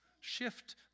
shift